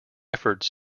efforts